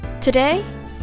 Today